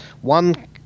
One